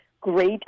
great